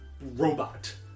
robot